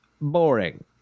boring